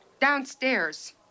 Downstairs